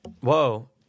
Whoa